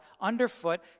underfoot